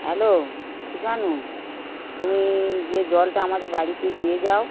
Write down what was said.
hello Krishanu তুমি যে জলটা আমাদের বাড়িতে দিয়ে যাও